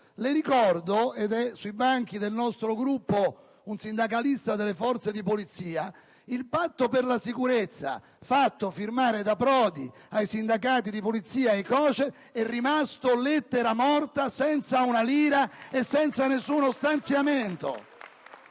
le ricordo - ed è sui banchi del nostro Gruppo un sindacalista delle forze di polizia - che il Patto per la sicurezza fatto firmare da Prodi ai sindacati di Polizia e ai COCER è rimasto lettera morta, senza una lira e senza nessuno stanziamento.